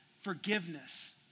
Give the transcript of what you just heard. forgiveness